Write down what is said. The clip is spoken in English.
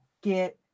get